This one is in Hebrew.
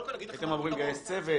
הייתם אמורים לגייס צוות,